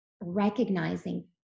recognizing